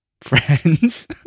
friends